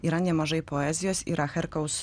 yra nemažai poezijos yra herkaus